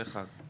זה עוד אחד.